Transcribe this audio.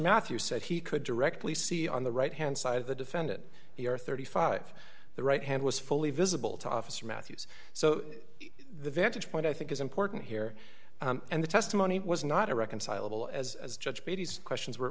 matthew said he could directly see on the right hand side of the defendant here thirty five the right hand was fully visible to officer matthews so the vantage point i think is important here and the testimony was not irreconcilable as judge brady's questions were